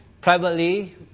privately